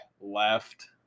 left